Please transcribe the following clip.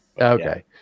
Okay